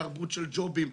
תרבות של ג'ובים.